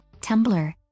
Tumblr